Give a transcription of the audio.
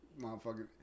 motherfucker